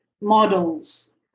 models